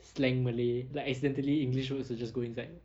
slang malay like accidentally english words you just go inside